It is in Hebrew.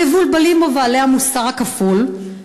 המבולבלים ובעלי המוסר הכפול,